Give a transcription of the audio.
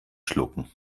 schlucken